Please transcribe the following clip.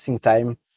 time